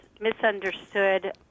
misunderstood